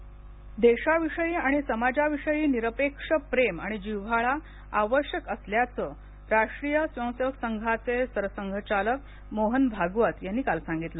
मोहन भागवत देशाविषयी आणि समाजाविषयी निरपेक्ष प्रेम आणि जिव्हाळा आवश्यक असल्याचं राष्ट्रीय स्वयंसेवक संघाचे सरसंघचालक मोहन भागवत यांनी काल सांगितलं